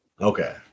Okay